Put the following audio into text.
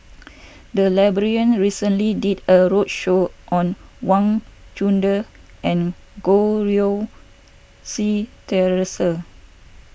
the library recently did a roadshow on Wang Chunde and Goh Rui Si theresa